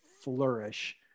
flourish